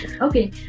Okay